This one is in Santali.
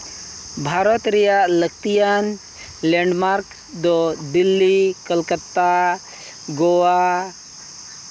ᱵᱷᱟᱨᱚᱛ ᱨᱮᱭᱟᱜ ᱞᱟᱹᱠᱛᱤᱭᱟᱱ ᱞᱮᱱᱰᱢᱟᱨᱠ ᱫᱚ ᱫᱤᱞᱞᱤ ᱠᱳᱞᱠᱟᱛᱟ ᱜᱳᱣᱟ